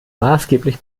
maßgeblich